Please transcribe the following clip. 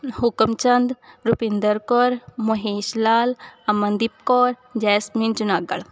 ਹੁਕਮ ਚੰਦ ਰੁਪਿੰਦਰ ਕੌਰ ਮਹੇਸ਼ ਲਾਲ ਅਮਨਦੀਪ ਕੌਰ ਜੈਸਮੀਨ ਜਨਾਗਲ